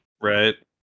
Right